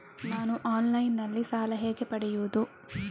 ನಾನು ಆನ್ಲೈನ್ನಲ್ಲಿ ಸಾಲ ಹೇಗೆ ಪಡೆಯುವುದು?